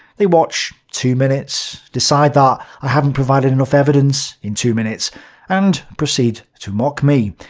they watch two minutes, decide that i haven't provided enough evidence in two minutes and proceed to mock me.